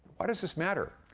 why does this matter?